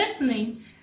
listening –